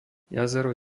jazero